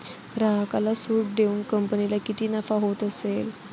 ग्राहकाला सूट देऊन कंपनीला किती नफा होत असेल